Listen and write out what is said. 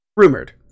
rumored